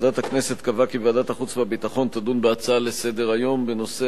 ללא מתנגדים וללא נמנעים, אושרה